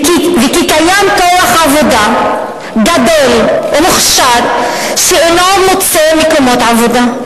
וכי קיים כוח עבודה גדול ומוכשר שאינו מוצא מקומות עבודה,